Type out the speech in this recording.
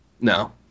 No